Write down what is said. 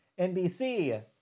NBC